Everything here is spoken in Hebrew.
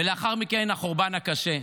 ולאחר מכן חורבן קשה.